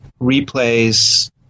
replays